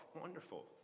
Wonderful